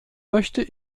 möchte